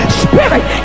spirit